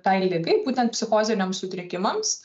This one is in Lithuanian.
tai ligai būtent psichoziniams sutrikimams